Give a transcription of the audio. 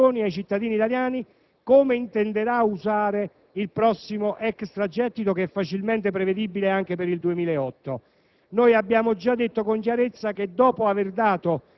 questa maggioranza ha già indicato alla Nazione, ai cittadini italiani come intenderà usare il prossimo extragettito, che è facilmente prevedibile anche per il 2008.